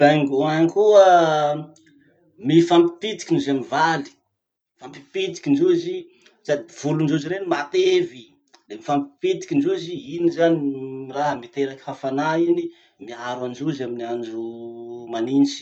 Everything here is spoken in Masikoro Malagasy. Pingouins koa, mifampipitiky ndrozy mivaly. Mifampipitiky ndrozy, sady volondrozy rey matevy. Le mifampipitiky ndrozy, iny zany miraha, miteraky hafanà iny, miaro androzy amy andro manitsy.